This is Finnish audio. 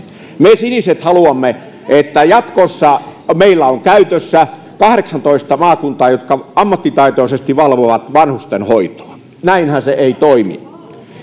me siniset haluamme että jatkossa meillä on käytössä kahdeksantoista maakuntaa jotka ammattitaitoisesti valvovat vanhustenhoitoa näinhän se ei toimi